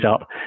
up